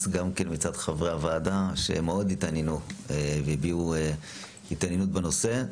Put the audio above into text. גם מצד חברי הוועדה שמאוד התעניינו והביעו התעניינות בנושא,